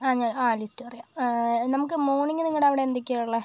ആ ഞാൻ ആ ലിസ്റ്റ് പറയാം നമുക്ക് മോർണിംഗ് നിങ്ങളുടെ അവിടെ എന്തൊക്കെയാണ് ഉള്ളത്